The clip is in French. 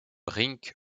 rink